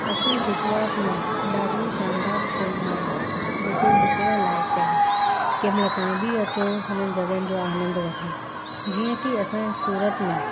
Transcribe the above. असांजे गुजरात में ॾाढी शानदार शयूं आहिनि जेके ॾिसणु लाइक़ आहिनि कंहिं महिल तव्हां बि अचो हुननि जॻहियुनि जो आनंद वठो जीअं की असांजे सूरत में